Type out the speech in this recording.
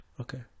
Okay